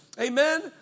amen